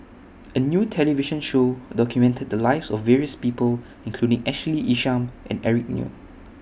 A New television Show documented The Lives of various People including Ashley Isham and Eric Neo